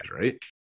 right